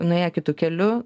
nuėję kitu keliu